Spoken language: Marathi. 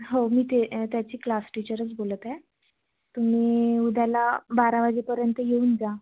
हो मी ते त्याची क्लास टीचरच बोलत आहे तुम्ही उद्याला बारा वाजेपर्यंत येऊन जा